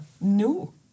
No